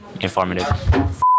informative